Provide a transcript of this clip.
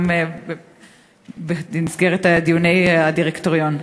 גם במסגרת דיוני הדירקטוריון.